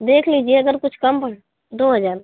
देख लीजिए अगर कुछ कम हम दो हज़ार